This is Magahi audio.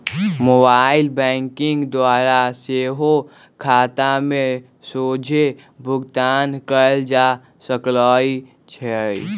मोबाइल बैंकिंग द्वारा सेहो खता में सोझे भुगतान कयल जा सकइ छै